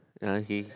ya he